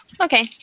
Okay